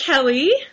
Kelly